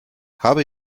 habe